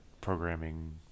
programming